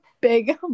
big